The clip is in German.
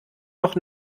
noch